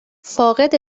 فاقد